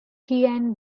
tian